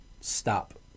stop